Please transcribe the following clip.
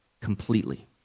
completely